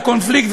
לקונפליקט,